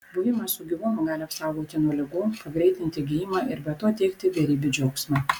buvimas su gyvūnu gali apsaugoti nuo ligų pagreitinti gijimą ir be to teikti beribį džiaugsmą